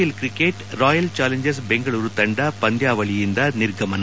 i-pill cricket royal challengers Bengaluru ತಂಡ ಪಂದ್ವಾವಳಿಯಿಂದ ನಿರ್ಗಮನ